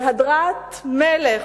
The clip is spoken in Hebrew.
בהדרת מלך,